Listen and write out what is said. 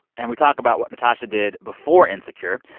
and we talk about what natasha did before insecure.